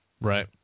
Right